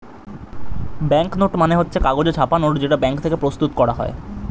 bank note মানে হচ্ছে কাগজে ছাপা নোট যেটা ব্যাঙ্ক থেকে প্রস্তুত করা হয়